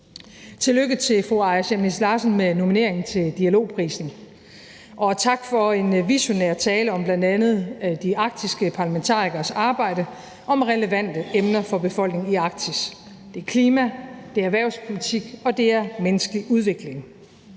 Tillykke til fru Aaja Chemnitz Larsen med nomineringen til Dialogprisen, og tak for en visionær tale om bl.a. de arktiske parlamentarikeres arbejde og om relevante emner for befolkningen i Arktis. Det er klima, det er erhvervspolitik, og det er menneskelig udvikling.